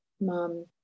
mom